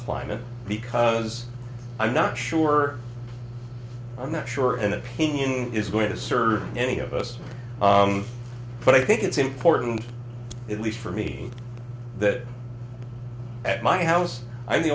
climate because i'm not sure i'm not sure an opinion is going to serve any of us but i think it's important at least for me that at my house i'm the